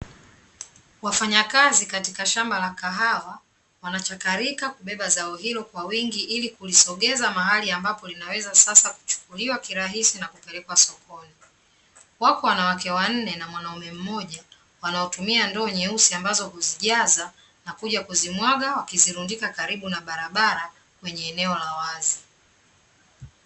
Wafanyakazi katika shamba la kahawa wanachakarika kubeba zao hilo kwa wingi ili kulisogeza mahali ambapo linaloweza sasa kuchukuliwa kirahisi na kupelekwa sokoni. Wako wanawake wanne na mwanaume mmoja, wanaotumia ndoo nyeusi ambapo huzijaza nakuja kuzimwaga na kuzirundika karibu na barabara kwenye eneo la wazi .